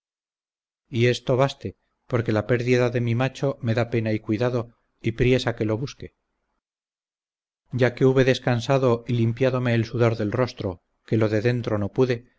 y esto baste porque la pérdida de mi macho me da pena y cuidado y priesa que lo busque ya que hube descansado y limpiadome el sudor del rostro que lo de dentro no pude